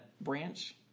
branch